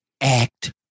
act